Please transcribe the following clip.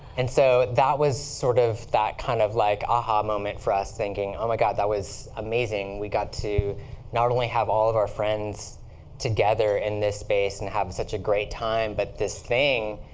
and so that was sort of that kind of like ah-ha moment for us, thinking, oh my god. that was amazing. we got to not only have all of our friends together in this space and have such a great time, but this thing,